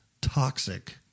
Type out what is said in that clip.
toxic